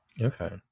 Okay